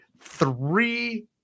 three